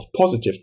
positive